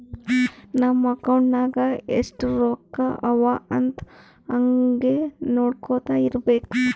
ನಮ್ ಅಕೌಂಟ್ ನಾಗ್ ಎಸ್ಟ್ ರೊಕ್ಕಾ ಅವಾ ಅಂತ್ ಹಂಗೆ ನೊಡ್ಕೊತಾ ಇರ್ಬೇಕ